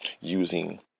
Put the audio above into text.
using